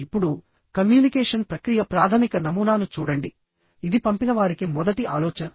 ఇప్పుడుకమ్యూనికేషన్ ప్రక్రియ ప్రాథమిక నమూనాను చూడండి ఇది పంపినవారికి మొదటి ఆలోచన